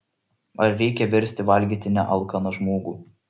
ar reikia versti valgyti nealkaną žmogų